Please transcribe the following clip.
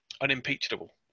unimpeachable